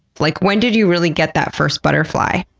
like when did you really get that first butterfly?